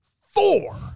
Four